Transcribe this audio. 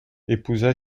épousa